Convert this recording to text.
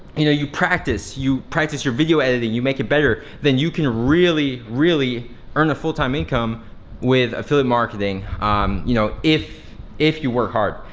you know practice, you practice your video editing, you make it better, then you can really, really earn a full-time income with affiliate marketing you know if if you work hard.